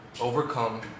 Overcome